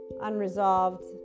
unresolved